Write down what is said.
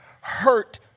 hurt